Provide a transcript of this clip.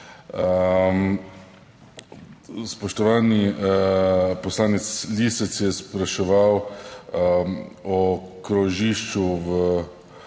Spoštovani poslanec Lisec je spraševal o krožišču v